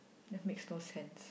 that makes no sense